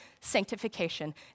sanctification